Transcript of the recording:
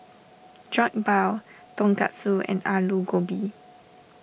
Jokbal Tonkatsu and Alu Gobi